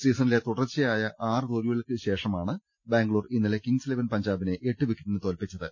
സീസണിലെ തുടർച്ചയായ ആറ് തോൽവികൾക്ക് ശേഷമാണ് ബാംഗ്ലൂർ ഇന്നലെ കിങ്സ് ഇലവൻ പഞ്ചാബിനെ എട്ട് വിക്കറ്റിന് തോൽപ്പി ച്ചത്